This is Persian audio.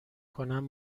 کنم